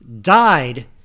died